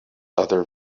other